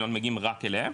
מגיעים רק אליהם